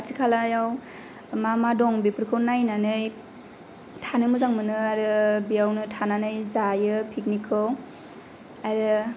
खाथि खालायाव मा मा दं बेफोरखौ नायनानै थानो मोजां मोनो आरो बेयावनो थानानै जायो पिकनिकखौ आरो